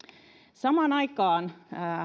samaan aikaan